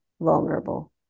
vulnerable